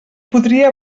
podria